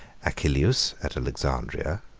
achilleus at alexandria,